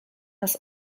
nas